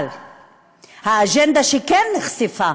אבל האג'נדה שכן נחשפה